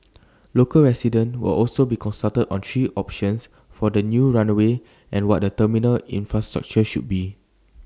local residents will also be consulted on three options for the new runway and what the terminal infrastructure should be